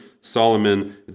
Solomon